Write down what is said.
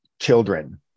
children